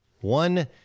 One